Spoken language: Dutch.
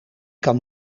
kan